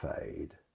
fade